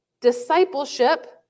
discipleship